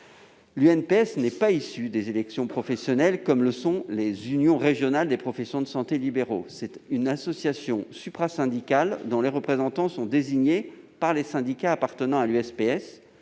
L'UNPS n'est pas issue des élections professionnelles, comme le sont les unions régionales des professionnels de santé libéraux. Il s'agit d'une association suprasyndicale, dont les représentants sont désignés par les syndicats appartenant à l'UNPS.